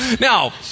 Now